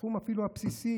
אפילו לא את הסכום הבסיסי,